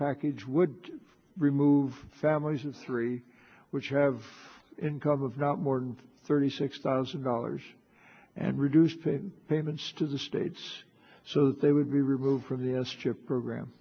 package would remove families of three which have income of not more than thirty six thousand dollars and reduced payments to the states so that they would be removed from the s chip program